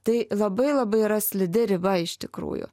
tai labai labai yra slidi riba iš tikrųjų